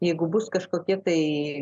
jeigu bus kažkokie tai